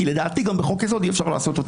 כי לדעתי גם בחוק-יסוד אי-אפשר לעשות אותו.